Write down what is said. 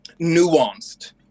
nuanced